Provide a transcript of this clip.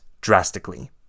drastically